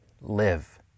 live